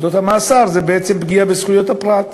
פקודת המאסר זה בעצם פגיעה בזכויות הפרט.